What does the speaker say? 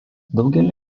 daugelį